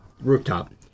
rooftop